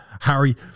Harry